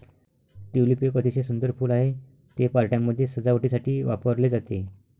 tulip एक अतिशय सुंदर फूल आहे, ते पार्ट्यांमध्ये सजावटीसाठी वापरले जाते